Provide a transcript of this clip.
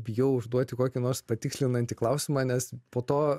bijau užduoti kokį nors patikslinantį klausimą nes po to